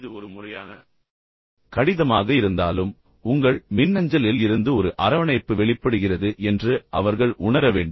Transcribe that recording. இது ஒரு முறையான கடிதமாக இருந்தாலும் உங்கள் மின்னஞ்சலில் இருந்து ஒரு அரவணைப்பு வெளிப்படுகிறது என்று அவர்கள் உணர வேண்டும்